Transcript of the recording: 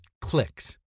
Clicks